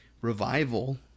revival